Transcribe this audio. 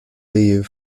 leave